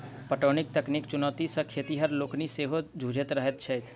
पटौनीक तकनीकी चुनौती सॅ खेतिहर लोकनि सेहो जुझैत रहैत छथि